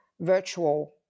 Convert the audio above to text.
virtual